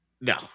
No